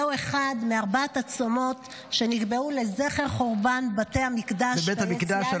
זהו אחד מארבעת הצומות שנקבעו לזכר חורבן בתי המקדש.